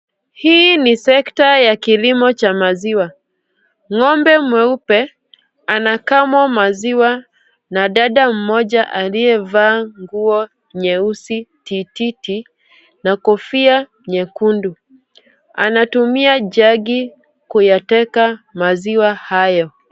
Hii ni sekta ya kilimo cha maziwa. Ng'ombe mweupe anakamwa maziwa na dada mmoja aliyevaa nguo nyeusi tititi, na kofia nyekundu. Anatumia jug kuyateka maziwa hayo.